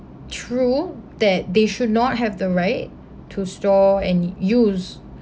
true that they should not have the right to store and use